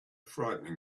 frightening